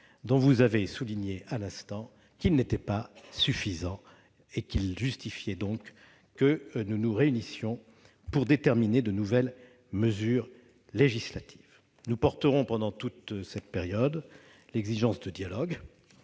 dont vous avez souligné à l'instant qu'il n'était pas suffisant, ce qui justifiait donc que nous nous réunissions pour déterminer de nouvelles mesures législatives. Nous porterons pendant toute cette période l'exigence de dialogue